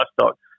livestock